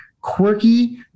quirky